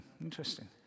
Interesting